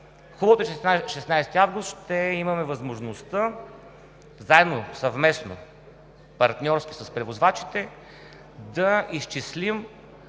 знае, че на 16 август ще имаме възможността заедно, съвместно, партньорски с превозвачите да изчислим